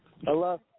Hello